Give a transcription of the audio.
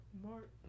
Mark